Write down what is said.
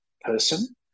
person